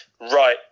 right